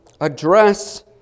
address